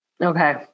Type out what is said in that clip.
Okay